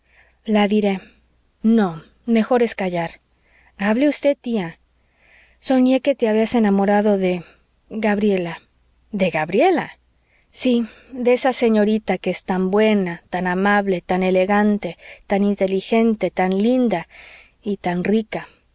la diré no mejor es callar hable usted tía soñé que te habías enamorado de gabriela de gabriela si de esa señorita que es tan buena tan amable tan elegante tan inteligente tan linda y tan rica